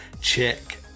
Check